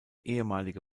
ehemalige